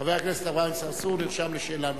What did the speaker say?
חבר הכנסת אברהים צרצור נרשם לשאלה נוספת,